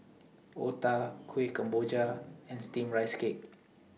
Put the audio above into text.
Otah Kuih Kemboja and Steamed Rice Cake